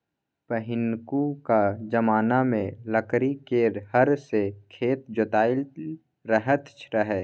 पहिनुका जमाना मे लकड़ी केर हर सँ खेत जोताएल जाइत रहय